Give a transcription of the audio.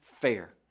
fair